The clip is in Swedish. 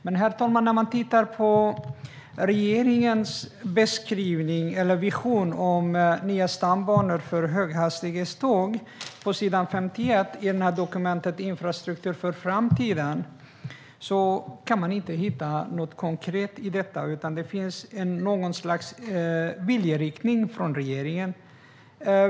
Men, herr talman, när man tittar på regeringens vision om "nya stambanor för höghastighetståg" på s. 51 i propositionen Infrastruktur för framtiden kan man inte hitta något konkret, utan det finns bara något slags viljeinriktning från regeringen.